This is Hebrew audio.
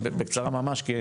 בקצרה ממש?